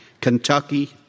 Kentucky